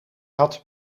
had